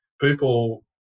people